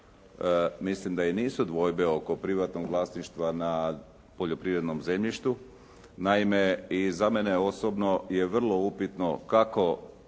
mislim da i nisu dvojbe oko privatnog vlasništva na poljoprivrednom zemljištu. Naime i za mene je osobno je vrlo upitno kako